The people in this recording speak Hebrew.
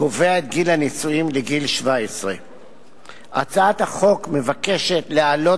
קובע את גיל הנישואים לגיל 17. הצעת החוק מבקשת להעלות